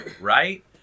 right